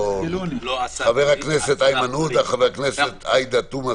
חבר הכנסת אלי אבידר,